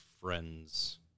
friends